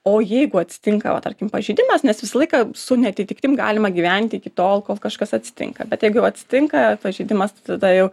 o jeigu atsitinka va tarkim pažeidimas nes visą laiką su neatitiktim galima gyventi iki tol kol kažkas atsitinka bet jeigu jau atsitinka pažeidimas tai tada jau